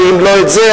ואם לא זה,